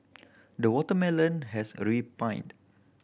the watermelon has